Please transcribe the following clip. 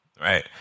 right